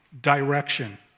direction